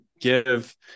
give